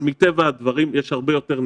מטבע הדברים יש הרבה יותר נחשפים,